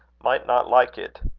might not like it.